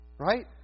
Right